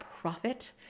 profit